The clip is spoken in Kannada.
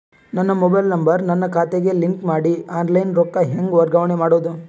ನನ್ನ ಮೊಬೈಲ್ ನಂಬರ್ ನನ್ನ ಖಾತೆಗೆ ಲಿಂಕ್ ಮಾಡಿ ಆನ್ಲೈನ್ ರೊಕ್ಕ ಹೆಂಗ ವರ್ಗಾವಣೆ ಮಾಡೋದು?